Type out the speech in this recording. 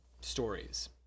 stories